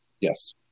Yes